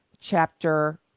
chapter